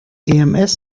ems